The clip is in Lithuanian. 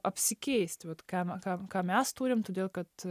apsikeist vat ką ką ką mes turim todėl kad